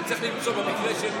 צריך למצוא במקרה,